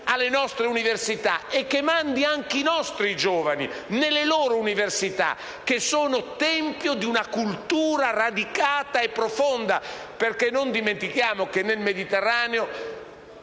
alle nostre università e che mandi anche i nostri giovani nelle loro università, che sono tempio di una cultura radicata e profonda. Non dimentichiamo, infatti, che nel Mediterraneo